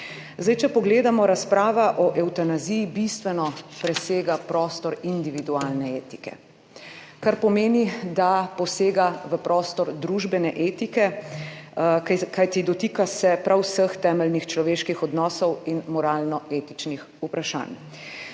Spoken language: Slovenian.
Če pogledamo, razprava o evtanaziji bistveno presega prostor individualne etike, kar pomeni, da posega v prostor družbene etike, kajti dotika se prav vseh temeljnih človeških odnosov in moralno-etičnih vprašanj.